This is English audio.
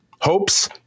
Hopes